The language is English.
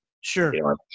Sure